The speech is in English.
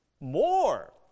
more